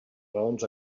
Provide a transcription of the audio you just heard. raons